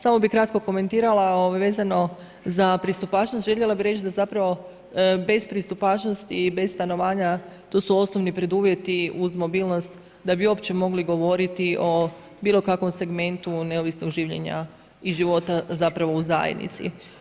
Samo bi kratko komentirala vezano za pristupačnost, željela bi reći da zapravo bez pristupačnosti i bez stanovanja to su osnovni preduvjeti uz mobilnost da bi uopće mogli govoriti o bilokakvom segmentu neovisnog življenja i života zapravo u zajednici.